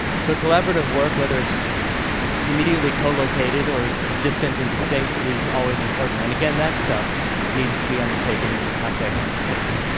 so collaborative work, whether it's immediately co-located or distant and distinct, is always important. and again, that stuff needs to be undertaken in the context of space.